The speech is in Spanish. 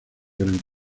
gran